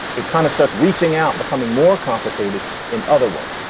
it kind of starts reaching out, becoming more complicated in other ones.